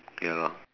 you know